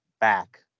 back